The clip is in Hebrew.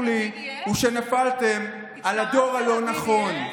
מה שברור לי הוא שנפלתם על הדור הלא-נכון.